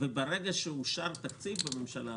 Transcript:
וכאשר אושר תקציב בממשלה,